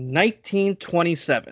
1927